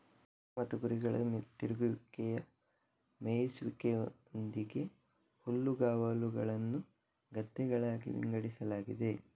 ದನ ಮತ್ತು ಕುರಿಗಳ ತಿರುಗುವಿಕೆಯ ಮೇಯಿಸುವಿಕೆಯೊಂದಿಗೆ ಹುಲ್ಲುಗಾವಲುಗಳನ್ನು ಗದ್ದೆಗಳಾಗಿ ವಿಂಗಡಿಸಲಾಗಿದೆ